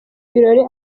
birori